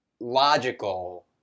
Logical